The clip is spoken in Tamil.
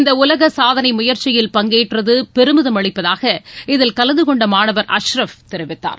இந்த உலக சாதனை முயற்சியில் பங்கேற்றது பெருமிதம் அளிப்பதாக இதில் கலந்துகொண்ட மாணவர் அஷ்ரப் தெரிவித்தார்